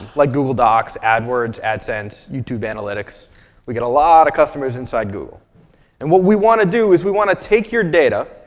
like google docs, adwords, adsense, youtube analytics we get a lot of customers inside google and what we want to do is we want to take your data,